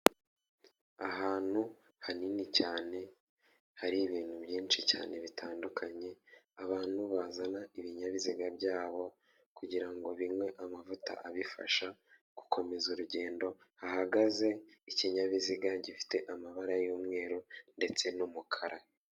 Ahantu hanini cyane, hari ibintu byinshi cyane bitandukanye, abantu bazana ibinyabiziga byabo kugira ngo binywe amavuta abifasha gukomeza urugendo, hahagaze ikinyabiziga gifite amabara y'umweru ndetse n'umukara.